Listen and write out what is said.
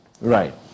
right